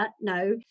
No